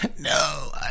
No